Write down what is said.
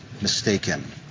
mistaken